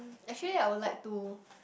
actually I would like to